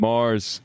Mars